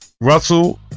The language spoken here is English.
russell